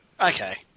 Okay